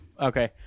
Okay